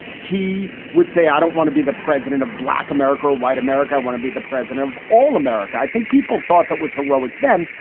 he would say, i don't want to be the president of black america or white america. i want to be the president of all america. i think people thought that was heroic then.